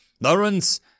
Lawrence